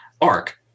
arc